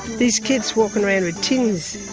these kids walking around with tins,